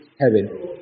Heaven